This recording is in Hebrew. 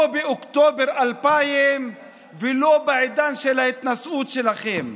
לא באוקטובר 2000 ולא בעידן של ההתנשאות שלכם.